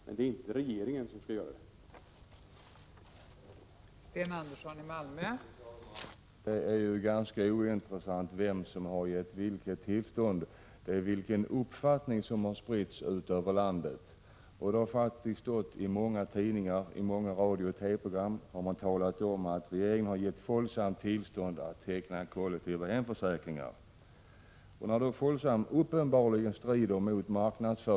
Men det är inte regeringen som skall sköta uppgifterna.